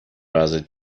ازت